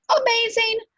Amazing